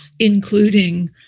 including